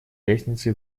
лестнице